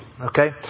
okay